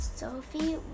Sophie